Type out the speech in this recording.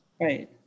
Right